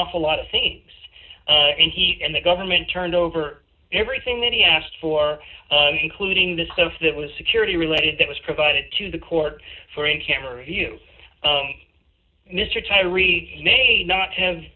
awful lot of things and he and the government turned over everything that he asked for including the stuff that was security related that was provided to the court for a camera view mr chivery may not have